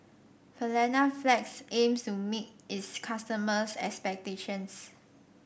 Panaflex aims to meet its customers' expectations